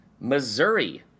Missouri